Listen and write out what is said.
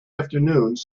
afternoons